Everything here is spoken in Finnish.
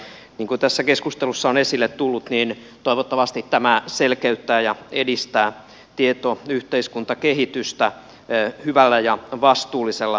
niin kuin tässä keskustelussa on esille tullut toivottavasti tämä selkeyttää ja edistää tietoyhteiskuntakehitystä hyvällä ja vastuullisella tavalla